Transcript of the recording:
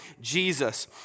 Jesus